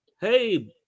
hey